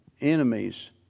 enemies